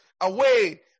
away